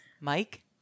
Mike